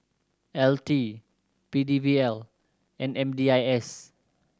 L T P D L and M D I S